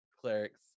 clerics